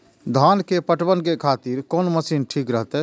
धान के पटवन के खातिर कोन मशीन ठीक रहते?